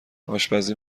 آشپزی